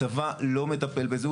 הצבא לא מטפל בזה.